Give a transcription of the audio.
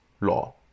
law